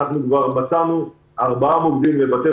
אנחנו כבר מצאנו ארבעה מוקדים בבתי